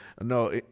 No